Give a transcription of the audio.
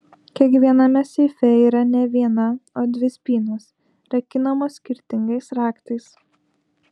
kiekviename seife yra ne viena o dvi spynos rakinamos skirtingais raktais